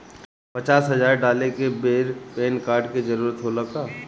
पचास हजार डाले के बेर पैन कार्ड के जरूरत होला का?